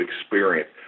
experience